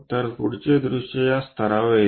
तर पुढचे दृश्य या स्तरावर येते